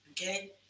Okay